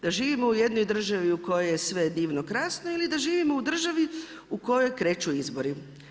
Da živimo u jednoj državi u kojoj je sve divno, krasno ili da živimo u državi u kojoj kreću izbori.